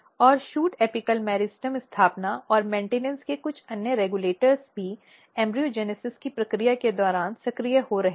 और shoot apical meristem स्थापना और मेन्टिनॅन्स के कुछ अन्य रेगुलेटर भी भ्रूणजनन की प्रक्रिया के दौरान सक्रिय हो रहे हैं